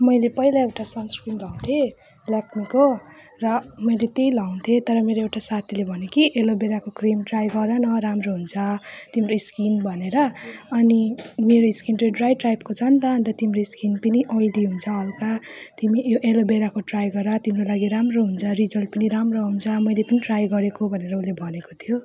मैले पहिला एउटा सनस्क्रिन लगाउँथेँ लेकमीको र मैले त्यही लगाउँथेँ तर मेरो एउटा साथीले भन्यो कि एलोभेराको क्रिम ट्राई गर न राम्रो हुन्छ तिम्रो स्किन भनेर अनि मेरो स्किन चाहिँ ड्राई टाइपको छ नि त अन्त तिम्रो स्किन पनि ओयली हुन्छ हलुका तिमी यो एलोभेराको ट्राई गर तिम्रो लागि राम्रो हुन्छ रिजल्ट राम्रो आउँछ र मैले पनि ट्राई गरेको भनेर उसले भनेको थियो